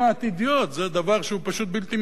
זה דבר שהוא פשוט בלתי מתקבל על הדעת.